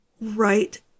right